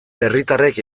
herritarrek